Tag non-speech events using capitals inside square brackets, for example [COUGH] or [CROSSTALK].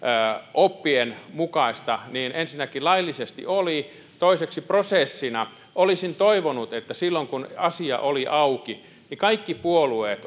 oppien mukaista ensinnäkin laillisesti oli toiseksi prosessina olisin toivonut että silloin kun asia oli auki kaikki puolueet [UNINTELLIGIBLE]